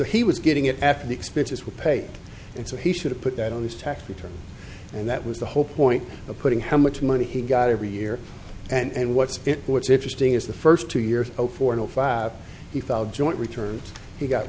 he was getting it after the expenses were paid and so he should have put that on his tax return and that was the whole point of putting how much money he got every year and what's what's interesting is the first two years four and five he fell joint returned he got